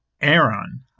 Aaron